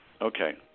Okay